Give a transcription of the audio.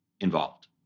involved